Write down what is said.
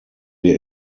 wir